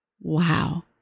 Wow